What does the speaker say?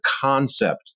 concept